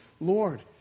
Lord